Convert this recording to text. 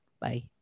Bye